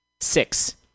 Six